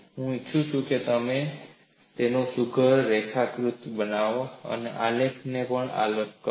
હું ઈચ્છું છું કે તમે તેનો સુઘડ રેખાકૃતિ બનાવો અને આલેખને પણ આલેખ કરો